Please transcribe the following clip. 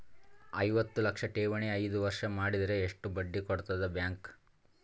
ಐವತ್ತು ಲಕ್ಷ ಠೇವಣಿ ಐದು ವರ್ಷ ಮಾಡಿದರ ಎಷ್ಟ ಬಡ್ಡಿ ಕೊಡತದ ಬ್ಯಾಂಕ್?